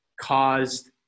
caused